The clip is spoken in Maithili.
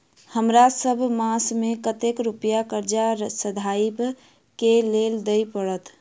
हमरा सब मास मे कतेक रुपया कर्जा सधाबई केँ लेल दइ पड़त?